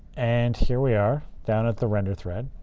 and here we are down at the render thread.